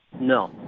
No